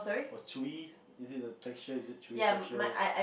or chewy is it the texture is it chewy texture